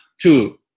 two